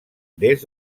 des